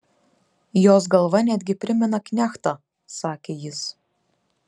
jos galva netgi primena knechtą sakė jis